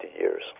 years